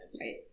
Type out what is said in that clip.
Right